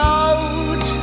out